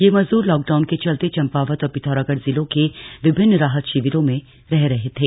ये मजदूर लॉकडाउन के चलते चम्पावत और पिथौरागढ़ जिलों के विभिन्न राहत शिविरों में रह रहे थे